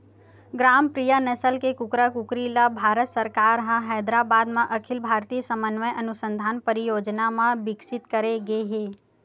ग्रामप्रिया नसल के कुकरा कुकरी ल भारत सरकार ह हैदराबाद म अखिल भारतीय समन्वय अनुसंधान परियोजना म बिकसित करे गे हे